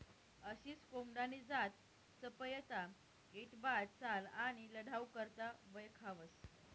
असील कोंबडानी जात चपयता, ऐटबाज चाल आणि लढाऊ करता वयखावंस